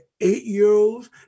eight-year-olds